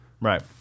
Right